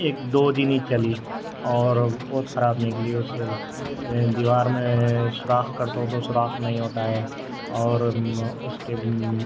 ایک دو دن ہی چلی اور بہت خراب نکلی اس سے دیوار میں سوراخ کرتا ہوں تو سوراخ نہیں ہوتا ہے اور اس کے